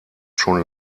schon